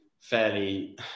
fairly